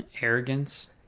Arrogance